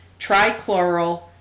trichloral